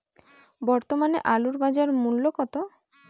বর্তমানে আলুর বাজার মূল্য কত?